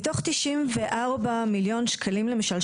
מתוך תשעים וארבעה מיליון שקלים למשל,